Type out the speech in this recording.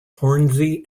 hornsey